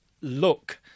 look